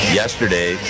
yesterday